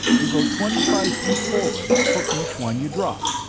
you go twenty-five feet forward for each one you drop.